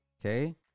Okay